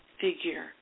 figure